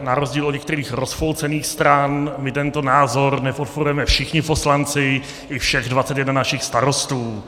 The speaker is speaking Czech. Na rozdíl od některých rozpolcených stran my tento názor nepodporujeme, všichni poslanci i všech 21 našich starostů .